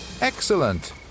Excellent